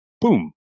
Boom